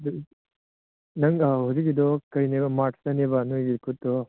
ꯅꯪ ꯍꯧꯖꯤꯛꯀꯤꯗꯣ ꯀꯩꯅꯦꯕ ꯃꯥꯔꯁꯇꯅꯦꯕ ꯅꯣꯏꯒꯤ ꯀꯨꯠꯇꯣ